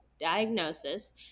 diagnosis